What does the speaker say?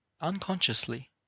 Unconsciously